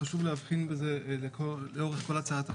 וחשוב להבחין בזה לאורך כל הצעת החוק.